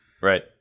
Right